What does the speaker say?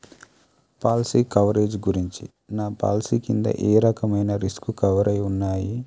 policy coverage గురించి నా policy కింద ఏ రకమైన రిస్క్ కవర్ అయ్యి ఉన్నాయి